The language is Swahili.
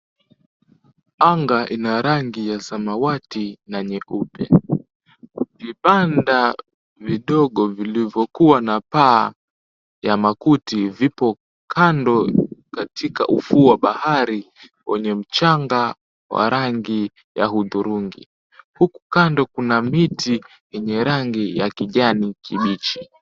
Anga ina rangi ya samawati na nyeupe. Vibanda vidogo vilivyokuwa na paa ya makuti vipo kando katika ufuo wa bahari kwenye mchanga wa rangi ya hudhurungi. Huku kando kuna miti yenye rangi ya kijani kibichi.